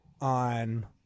on